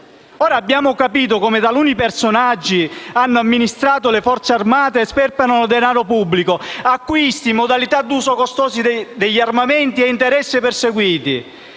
abbiamo capito come taluni personaggi hanno amministrato le Forze armate e sperperato denaro pubblico (acquisti, modalità d'uso dei costosi armamenti, interessi perseguiti),